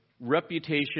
reputation